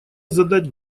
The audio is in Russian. задать